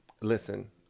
Listen